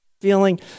feeling